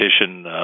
petition